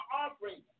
offering